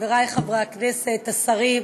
חברי חברי הכנסת, השרים,